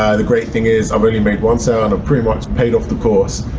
ah the great thing is i've only made one sale and pretty much paid off the course.